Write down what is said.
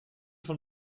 von